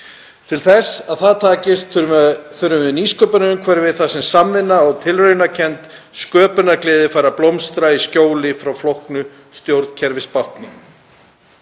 Til þess að það takist þurfum við nýsköpunarumhverfi þar sem samvinna og tilraunakennd sköpunargleði fær að blómstra í skjóli frá flóknu stjórnkerfisbákni.